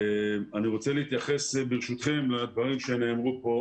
אני רוצה להתייחס ברשותכם לדברים שנאמרו כאן